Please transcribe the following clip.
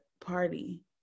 party